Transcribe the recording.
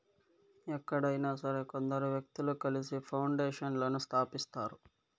ఎక్కడైనా సరే కొందరు వ్యక్తులు కలిసి పౌండేషన్లను స్థాపిస్తారు